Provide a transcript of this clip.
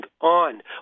on